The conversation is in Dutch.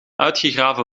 uitgegraven